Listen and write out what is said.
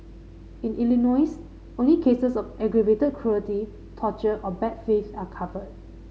in Illinois only cases of aggravated cruelty torture or bad faith are covered